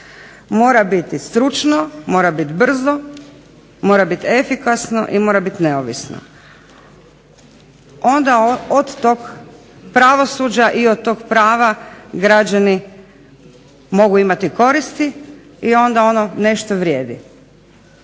mora bit stručno, mora bit brzo, mora bit efikasno i mora bit neovisno. Onda od tog pravosuđa i od tog prava građani mogu imati koristi i onda ono nešto vrijedi.